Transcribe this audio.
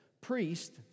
priest